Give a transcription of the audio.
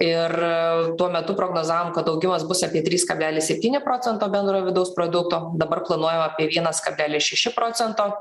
ir tuo metu prognozavom kad augimas bus apie trys kablelis septyni procento bendrojo vidaus produkto dabar planuojam apie vienas kablelis šeši procento